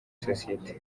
sosiyete